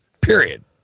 period